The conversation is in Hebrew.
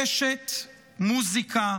אשת מוזיקה,